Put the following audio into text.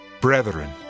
Brethren